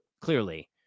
clearly